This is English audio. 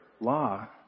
law